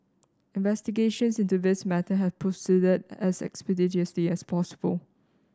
investigations into this matter have proceeded as expeditiously as possible